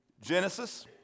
Genesis